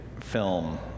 film